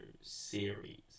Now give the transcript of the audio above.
series